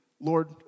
Lord